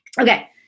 Okay